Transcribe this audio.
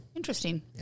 Interesting